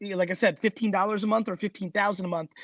yeah like i said, fifteen dollars a month or fifteen thousand a month.